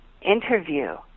interview